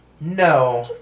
No